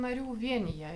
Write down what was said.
narių vienija